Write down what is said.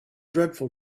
dreadful